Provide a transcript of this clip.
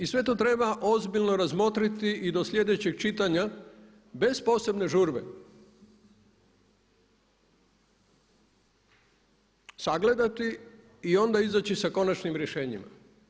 I sve to treba ozbiljno razmotriti i do sljedećeg čitanja bez posebne žurbe sagledati i onda izaći sa konačnim rješenjima.